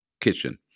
Kitchen